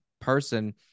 person